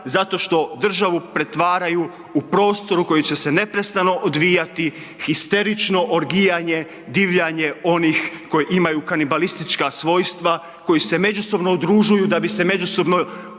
zato što državu pretvaraju u prostor u koji će se neprestano odvijati histerično orgijanje, divljanje onih koji imaju kanibalistička svojstva, koji se međusobno udružuju da bi se međusobno